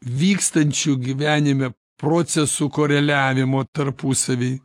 vykstančių gyvenime procesų koreliavimo tarpusavy